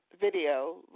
video